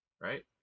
right